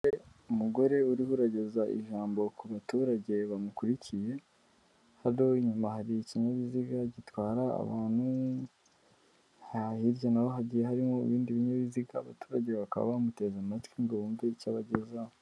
Umugore uriho urageza ijambo ku baturage bamukurikiye, hano inyuma hari ikinyabiziga gitwara abantu, hirya naho hagiye harimo ibindi binyabiziga, abaturage bakaba bamuteze amatwi ngo bumve icyo abagezaho.